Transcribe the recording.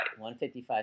155